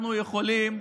אנחנו יכולים,